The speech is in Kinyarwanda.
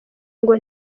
ngo